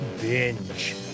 Binge